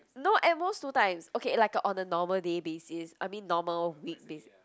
no at most two times okay like on a normal day basis I mean normal week basis